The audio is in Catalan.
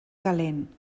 calent